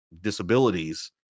disabilities